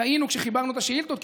טעינו כשחיברנו את השאילתות,